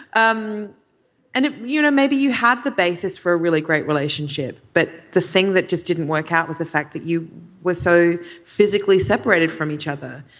um and, you know, maybe you have the basis for a really great relationship. but the thing that just didn't work out was the fact that you were so physically separated from each other.